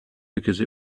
because